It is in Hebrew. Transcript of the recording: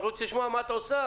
אנחנו רוצים לשמוע מה את עושה.